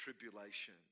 tribulation